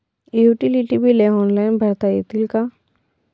Utility बिले online भरता येतील का?